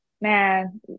man